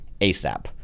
asap